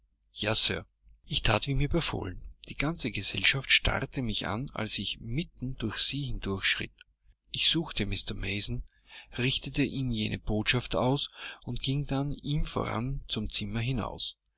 ja sir ich that wie er mir befohlen die ganze gesellschaft starrte mich an als ich mitten durch sie hindurch schritt ich suchte mr mason richtete ihm jene botschaft aus und ging dann ihm voran zum zimmer hinaus